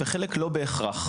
וחלק לא בהכרח.